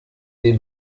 des